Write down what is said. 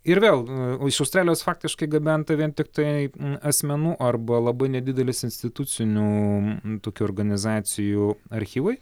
ir vėl iš australijos faktiškai gabenta vien tiktai asmenų arba labai nedidelis institucinių tokių organizacijų archyvai